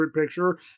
picture